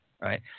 right